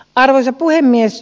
arvoisa puhemies